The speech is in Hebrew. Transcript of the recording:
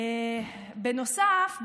בנוסף,